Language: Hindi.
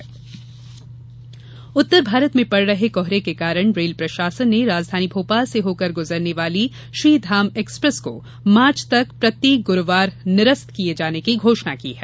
रेल प्रशासन उत्तर भारत में पड़ रहे कोहरे के कारण रेल प्रशासन ने राजधानी भोपाल से होकर गुजरने वाली श्रीधाम एक्सप्रेस को मार्च तक प्रत्येक गुरूवार निरस्त किये जाने की घोषणा की है